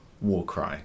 Warcry